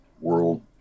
world